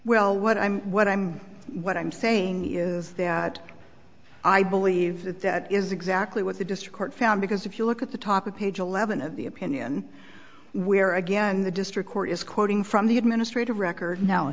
well what i'm what i'm what i'm saying is that i believe that that is exactly what the district court found because if you look at the top of page eleven of the opinion where again the district court is quoting from the administrative record and